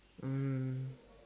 um